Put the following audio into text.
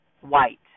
white